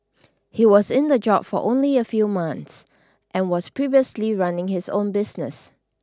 he was in the job for only a few months and was previously running his own business